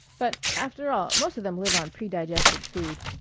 but after all most of them live on predigested food.